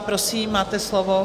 Prosím, máte slovo.